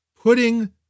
putting